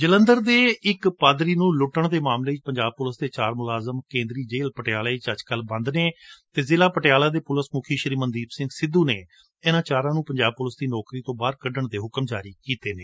ਜਲੰਧਰ ਦੇ ਇਕ ਪਾਦਰੀ ਨੂੰ ਲੁੱਟਣ ਦੇ ਮਾਮਲੇ ਵਿਚ ਪੰਜਾਬ ਪੁਲਿਸ ਦੇ ਚਾਰ ਮੁਲਾਜ਼ਮ ਕੇਂਦਰੀ ਜੇਲ਼ ਪਟਿਆਲਾ ਵਿਚ ਅਜ ਕੱਲ਼ ਬੰਦ ਨੇ ਅਤੇ ਜ਼ਿਲਾ ਪਟਿਆਲਾ ਦੇ ਪੁਲਿਸ ਮੁਖੀ ਮਨਦੀਪ ਸਿੰਘ ਸਿੱਧੁ ਨੇ ਇਨਾਂ ਚਾਰਾਂ ਨੂੰ ਪੰਜਾਬ ਪੁਲਿਸ ਦੀ ਨੌਕਰੀ ਤੋਂ ਬਾਹਰ ਕੱਢਣ ਦੇ ਹੁਕਮ ਜਾਰੀ ਕੀਤੇ ਨੇ